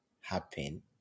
happen